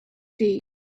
day